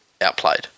outplayed